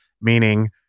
meaning